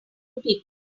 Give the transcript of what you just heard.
people